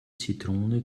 zitrone